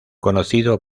conocido